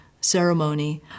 ceremony